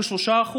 ב-3%,